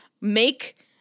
make